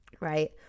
right